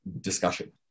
discussion